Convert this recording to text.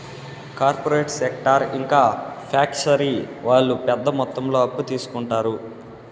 corporate sector ఇంకా factory వాళ్ళు పెద్ద మొత్తంలో అప్పు తీసుకుంటారు